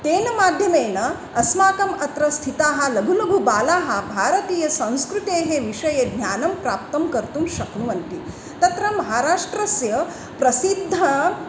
तेन माध्यमेन अस्माकम् अत्र स्थिताः लघुलघुबालाः भारतीयसंस्कृतेः विषये ज्ञानं प्राप्तुं कर्तुं शक्नुवन्ति तत्र महाराष्ट्रस्य प्रसिद्ध